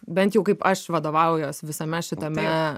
bent jau kaip aš vadovaujuos visame šitame